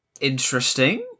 Interesting